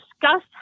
discuss